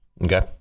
Okay